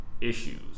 issues